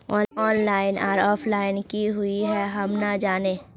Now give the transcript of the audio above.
Online आर offline की हुई है हम ना जाने?